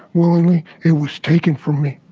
willingly. it was taken from me.